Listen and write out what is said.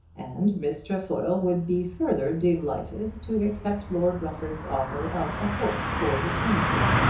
and miss trefoil would be further delighted to accept lord rufford's offer of a horse for the tuesday.